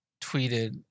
tweeted